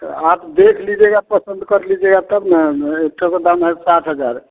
तो आप देख लीजिएगा पसंद कर लीजिएगा तब न एक ठो का दाम है सात हजार